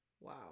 wow